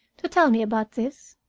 to tell me about this?